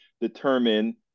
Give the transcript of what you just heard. determine